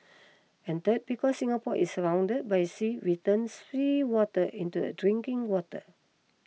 and third because Singapore is surrounded by sea we turn seawater into a drinking water